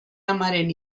amaren